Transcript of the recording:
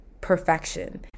perfection